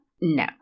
No